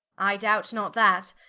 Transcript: i doubt not that,